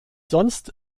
sonst